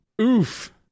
Oof